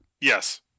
Yes